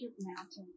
mountains